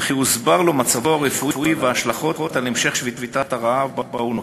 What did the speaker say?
וכי הוסברו לו מצבו הרפואי וההשלכות על המשך שביתת הרעב שהוא נוקט.